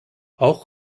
auch